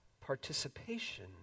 participation